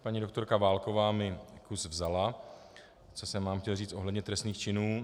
Paní dr. Válková mi kus vzala, co jsem vám chtěl říct ohledně trestných činů.